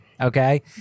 Okay